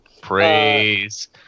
Praise